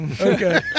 Okay